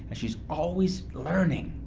and she was always learning,